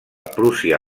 prússia